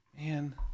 Man